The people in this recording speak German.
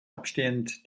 abstehend